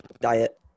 diet